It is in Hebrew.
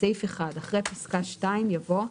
בסעיף 1 אחרי פסקה (2) יבוא: